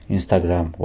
Instagram